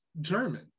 german